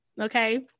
okay